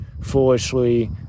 foolishly